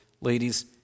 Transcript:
ladies